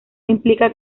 implica